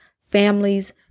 families